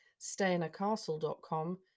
stayinacastle.com